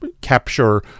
capture